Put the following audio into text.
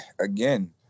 again